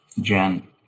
Jen